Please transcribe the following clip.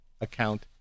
account